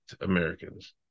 Americans